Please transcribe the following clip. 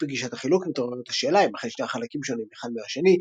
על פי גישת החילוק מתעוררת השאלה - אם אכן שני החלקים שונים אחד מהשני,